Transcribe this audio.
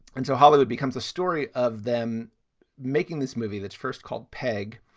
and so hollywood becomes a story of them making this movie that's first called peg,